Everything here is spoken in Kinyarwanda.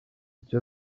kuki